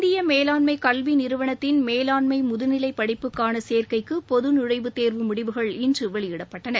இந்திய மேலாண்மை கல்வி நிறுவனத்தின் மேலாண்மை முதுநிலை படிப்புக்கான சேர்க்கைக்கு பொது நுழைவுத்தேர்வு முடிவுகள் இன்று வெளியிடப்பட்டன